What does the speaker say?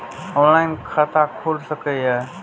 Online खाता खुल सके ये?